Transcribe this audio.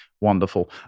Wonderful